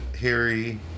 Harry